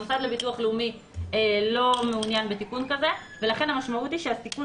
המוסד לביטוח לאומי לא מעוניין בתיקון כזה ולכן המשמעות היא שהסיכום